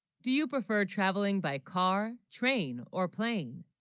do you prefer traveling, by car train or plane